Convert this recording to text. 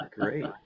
Great